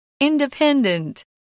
Independent